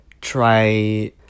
try